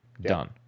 Done